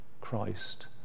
Christ